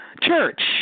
church